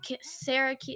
sarah